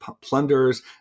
plunderers